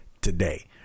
today